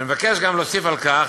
אני מבקש גם להוסיף על כך